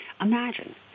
imagine